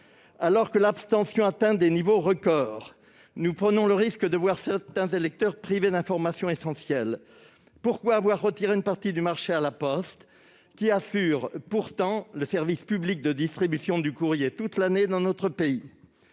Alors que l'abstention atteint des niveaux record, nous prenons le risque de voir certains électeurs privés d'informations essentielles. Pourquoi avoir retiré une partie du marché à La Poste, qui assure pourtant le service public de distribution du courrier toute l'année dans notre pays ?